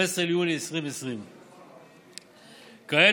15 ביולי 2020. כעת,